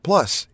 Plus